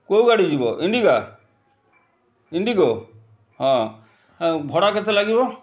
କେଉଁ ଗାଡ଼ି ଯିବ ଇଣ୍ଡିକା ଇଣ୍ଡିଗୋ ହଁ ଆଉ ଭଡ଼ା କେତେ ଲାଗିବ